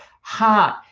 heart